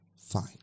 fine